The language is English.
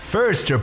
First